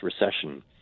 recession